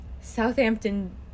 Southampton